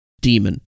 demon